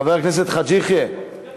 חבר הכנסת חאג' יחיא, כן.